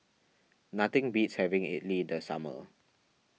nothing beats having Idly in the summer